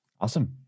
Awesome